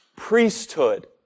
priesthood